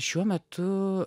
šiuo metu